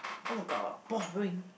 oh god boring